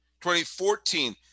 2014